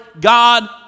God